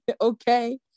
Okay